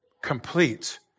complete